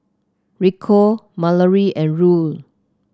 Rico Malorie and Ruel